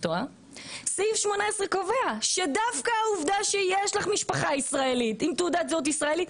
שדווקא העובדה שיש לך משפחה ישראלית עם תעודת זהות ישראלית,